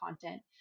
content